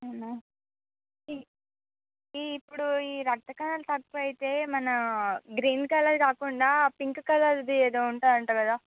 అవునా ఈ ఈ ఇప్పుడు ఈ రక్త కణాలు తక్కువ అయితే మన గ్రీన్ కలర్ది కాకుండా పింక్ కలర్ది ఏదో ఉంటుందంట కదా